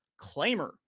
claimer